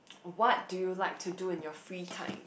what do you like to do in your free time